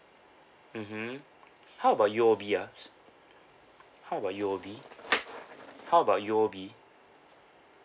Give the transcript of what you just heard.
mmhmm how about U_O_B ah how about U_O_B how about U_O_B